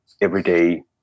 everyday